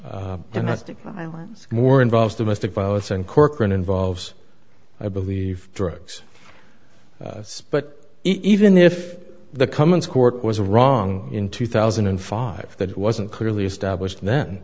was more involved domestic violence and corkran involves i believe drugs but even if the cummins court was wrong in two thousand and five that wasn't clearly established then